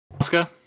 Oscar